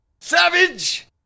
Savage